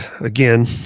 again